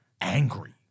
angry